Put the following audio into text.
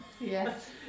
Yes